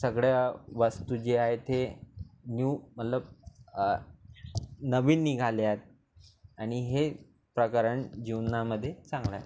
सगळ्या वस्तू जे आहे ते न्यू अलग नवीन निघाल्यात आणि हे प्रकरण जीवनामध्ये चांगलं आहे